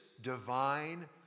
divine